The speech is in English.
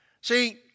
See